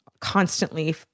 constantly